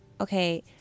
okay